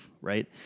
Right